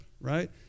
right